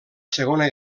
segona